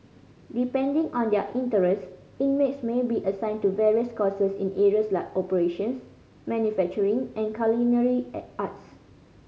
depending on their interests inmates may be assigned to various courses in areas like operations manufacturing and culinary arts